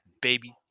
baby